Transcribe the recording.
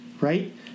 right